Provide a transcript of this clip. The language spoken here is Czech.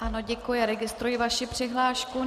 Ano, děkuji a registruji vaši přihlášku.